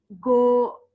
go